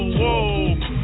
whoa